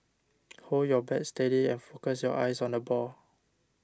hold your bat steady and focus your eyes on the ball